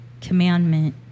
commandment